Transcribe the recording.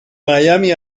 miami